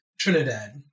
Trinidad